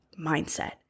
mindset